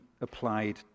applied